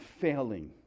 failing